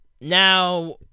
Now